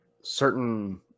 certain